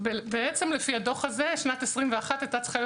בעצם לפי הדוח הזה שנת 21' היתה צריכה להיות